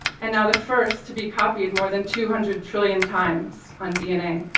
and now the first to be copied more than two hundred trillion times on dna.